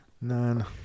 None